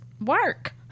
work